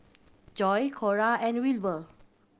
Joi Cora and Wilbur